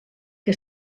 que